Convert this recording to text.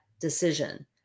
decision